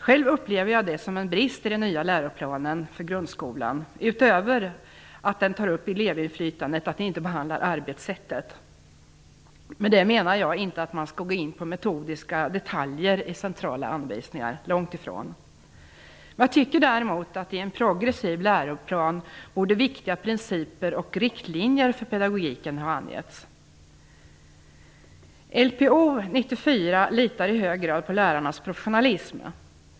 Själv upplever jag det som en brist i den nya läroplanen för grundskolan att den inte utöver elevinflytandet också behandlar arbetssättet. Med det menar jag inte att man skall gå in på metodiska detaljer i centrala anvisningar, långt ifrån. Jag tycker däremot att en progressiv läroplan borde ange viktiga principer och riktlinjer för pedagogiken. LPO 94 litar i hög grad på lärarnas professionalism.